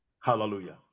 Hallelujah